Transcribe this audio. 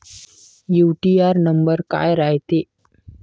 UTR number काय रायते?